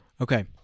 okay